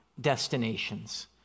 destinations